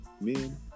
Men